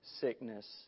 sickness